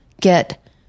get